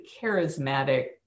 charismatic